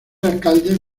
alcalde